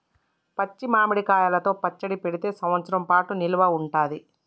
పచ్చి మామిడి కాయలతో పచ్చడి పెడితే సంవత్సరం పాటు నిల్వ ఉంటది